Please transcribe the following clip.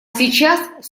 сейчас